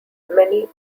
many